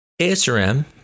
ASRM